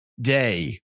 day